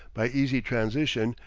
by easy transition,